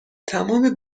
تمام